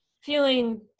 feeling